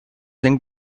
link